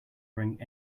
bring